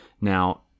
Now